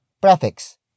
prefix